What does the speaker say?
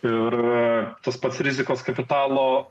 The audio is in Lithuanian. ir tas pats rizikos kapitalo